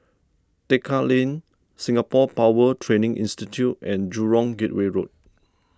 Tekka Lane Singapore Power Training Institute and Jurong Gateway Road